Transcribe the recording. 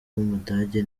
w’umudage